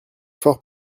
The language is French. fort